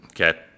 Okay